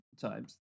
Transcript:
times